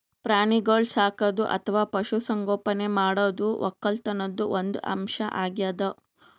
ಪ್ರಾಣಿಗೋಳ್ ಸಾಕದು ಅಥವಾ ಪಶು ಸಂಗೋಪನೆ ಮಾಡದು ವಕ್ಕಲತನ್ದು ಒಂದ್ ಅಂಶ್ ಅಗ್ಯಾದ್